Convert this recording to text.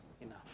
enough